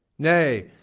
nay,